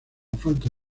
falta